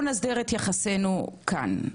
נסדיר את יחסינו כאן.